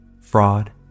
fraud